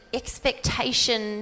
expectation